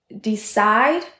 decide